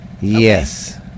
Yes